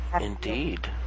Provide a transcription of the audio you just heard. indeed